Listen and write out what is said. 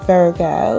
Virgo